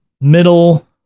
middle